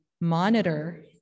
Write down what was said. monitor